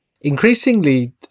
Increasingly